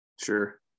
sure